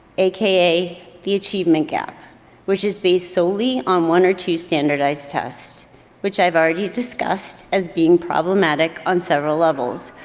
aka the achievement gap which is based solely on one or two standardized tests which i've already discussed as being problematic on several levels,